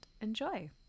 enjoy